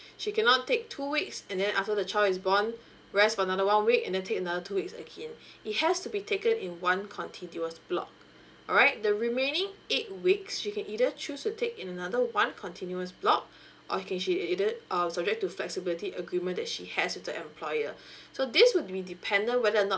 she cannot take two weeks and then after the child is born rest for another one week and then take another two weeks again it has to be taken in one continuous block alright the remaining eight weeks you can either choose to take in another one continuous block or can she either um subject to flexibility agreement that she has with the employer so this will be depended whether or not